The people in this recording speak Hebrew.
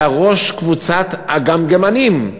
אלא ראש קבוצת הגמגמנים.